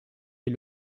est